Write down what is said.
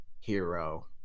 Hero